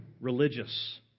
religious